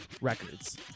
records